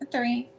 Three